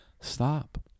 stop